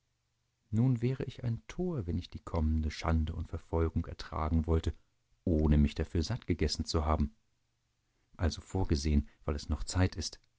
nun wäre ich ein tor wenn ich die kommende schande und verfolgung ertragen wollte ohne mich dafür sattgegessen zu haben also vorgesehen weil es noch zeit ist